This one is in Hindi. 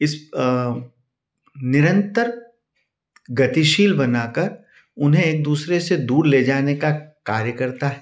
इस निरन्तर गतिशील बनाकर उन्हें एक दूसरे से दूर ले जाने का कार्य करता है